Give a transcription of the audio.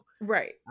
Right